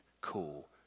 cool